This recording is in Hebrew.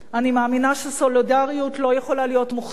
אני מאמינה שסולידריות לא יכולה להיות מוכתבת,